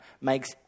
makes